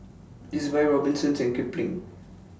Ezbuy Robinsons and Kipling